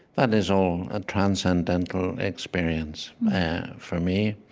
that is all a transcendental experience for me.